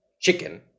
chicken